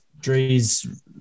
Dre's